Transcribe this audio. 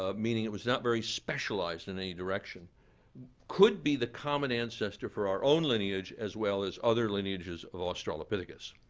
ah meaning it was not very specialized in any direction. it could be the common ancestor for our own lineage, as well as other lineages of australopithecus.